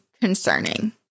concerning